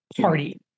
party